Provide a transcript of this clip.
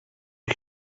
een